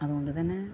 അതുകൊണ്ടു തന്നെ